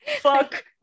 Fuck